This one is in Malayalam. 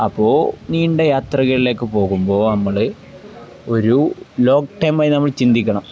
അപ്പോള് നീണ്ട യാത്രകളിലേക്കു പോകുമ്പോള് നമ്മള് ഒരു ലോങ് ടൈമായി നമ്മള് ചിന്തിക്കണം